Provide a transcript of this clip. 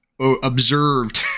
observed